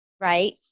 right